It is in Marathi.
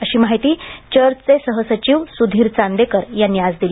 अशी माहिती चर्चचे सहसचिव सुधीर चांदेकर यांनी दिली